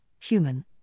human